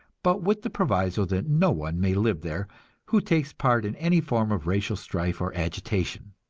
but with the proviso that no one may live there who takes part in any form of racial strife or agitation.